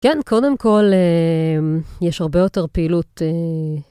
כן, קודם כל, יש הרבה יותר פעילות.